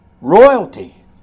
royalty